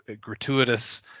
gratuitous